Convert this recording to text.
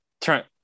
turn